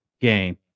game